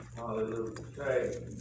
Hallelujah